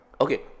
Okay